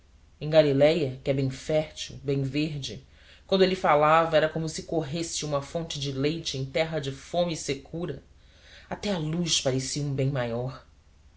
em galiléia que é bem fértil bem verde quando ele falava era como se corresse uma fonte de leite em terra de fome e secura até a luz parecia um bem maior